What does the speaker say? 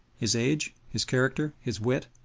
his age, his character, his wit,